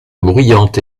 bruyante